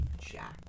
Jack